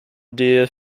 deer